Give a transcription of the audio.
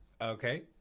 Okay